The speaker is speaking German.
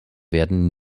werden